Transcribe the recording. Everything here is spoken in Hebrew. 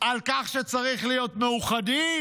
על כך שצריך להיות מאוחדים?